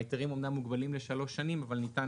ההיתרים מוגבלים לשלוש שנים אבל ניתן